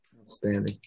Outstanding